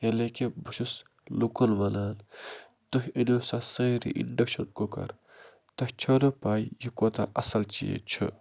یعنی کہ بہٕ چھُ لُکَن ونان تُہۍ أنِو سہ سٲری اِنڈَکشَن کُکَر تۄہہِ چھَو نہٕ پے یہِ کوٗتاہ اصل چیٖز چھ